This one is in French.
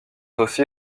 aussi